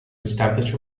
establish